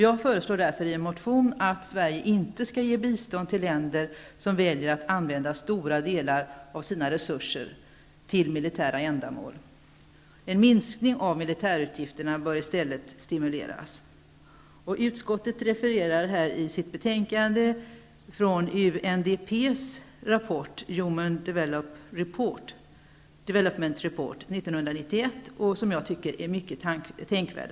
Jag föreslår därför i en motion att Sverige inte skall ge bistånd till länder som väljer att använda stora delar av sina resurser till militära ändamål; en minskning av militärutgifterna bör i stället stimuleras. Utskottet referar i sitt betänkande från UNDP:s rapport -- Human Development Report -- 1991, som jag tycker är mycket tänkvärd.